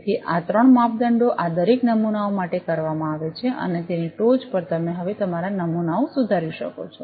તેથી આ ત્રણ માપદંડો આ દરેક નમૂનાઓ માટે કરવામાં આવે છે અને તેની ટોચ પર તમે હવે તમારા નમૂનાઓ સુધારી શકો છો